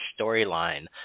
storyline